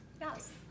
Yes